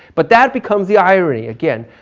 but that becomes the irony. again,